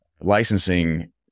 licensing